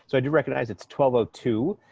so i do recognize it's twelve ah two.